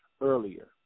Earlier